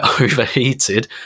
overheated